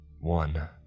One